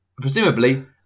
presumably